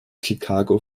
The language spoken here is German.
chicago